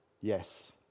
yes